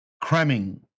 cramming